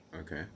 Okay